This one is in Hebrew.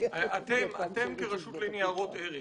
האם כרשות לניירות ערך